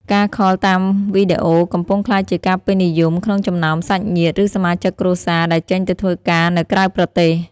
ការខលតាមវីដេអូកំពុងក្លាយជាការពេញនិយមក្នុងចំណោមសាច់ញាតិ ឬសមាជិកគ្រួសារដែលចេញទៅធ្វើការនៅក្រៅប្រទេស។